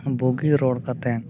ᱵᱩᱜᱤ ᱨᱚᱲ ᱠᱟᱛᱮᱫ